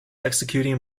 executing